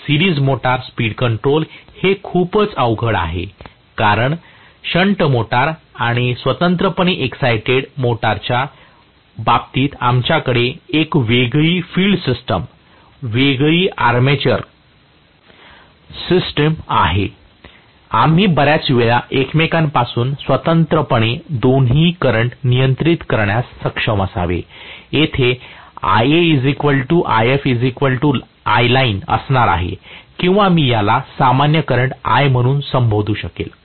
series motor speed control हे खूपच अवघड आहे कारण शंट मोटर आणि स्वतंत्रपणे एक्सायटेड मोटरच्या बाबतीत आमच्याकडे एक वेगळी फील्ड सिस्टम वेगळी आर्मेचर सिस्टम आहे आम्ही बऱ्याच वेळा एकमेकांपासून स्वतंत्रपणे दोन्ही करंट नियंत्रित करण्यास सक्षम असावे येथे Ia If ILine असणार आहे किंवा मी याला सामान्य करंट I म्हणून संबोधू शकेल